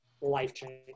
life-changing